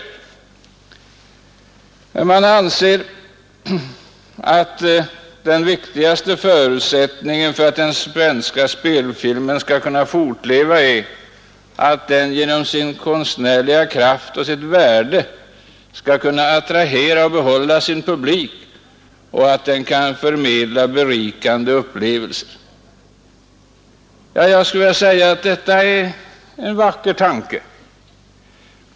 I reservationen står det vidare: ”Den viktigaste förutsättningen för att den svenska spelfilmen skall kunna fortleva är att den genom sin konstnärliga kraft och sitt värde kan attrahera och behålla sin publik och att den kan förmedla berikande upplevelser.” Detta är en vacker tanke, skulle jag vilja säga.